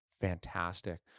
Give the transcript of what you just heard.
fantastic